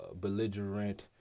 belligerent